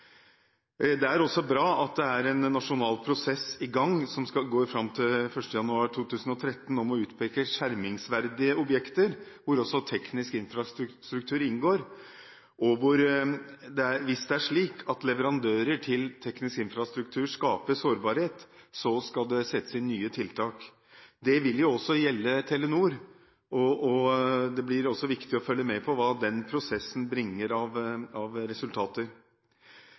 Det er også bra at det er en nasjonal prosess i gang – som skal gå fram til 1. januar 2013 – med å utpeke skjermingsverdige objekter, hvor også teknisk infrastruktur inngår. Hvis det er slik at leverandører til teknisk infrastruktur skaper sårbarhet, skal det settes inn nye tiltak. Det vil også gjelde Telenor. Det blir viktig å følge med på hva den prosessen bringer av resultater. Det å skape gode nok kontrollmekanismer må være uavhengig av